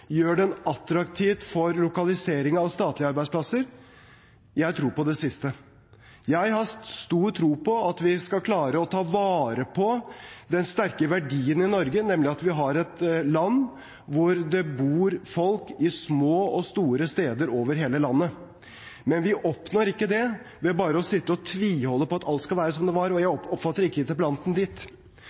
gjør den attraktiv for lokalisering av statlige arbeidsplasser – jeg tror på det siste. Jeg har stor tro på at vi skal klare å ta vare på den sterke verdien i Norge, nemlig at vi har et land hvor det bor folk på små og store steder over hele landet. Men vi oppnår ikke det ved bare å sitte og tviholde på at alt skal være som det var – jeg oppfatter heller ikke interpellanten dit.